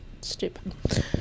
stupid